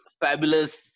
Fabulous